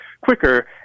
quicker